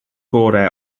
gorau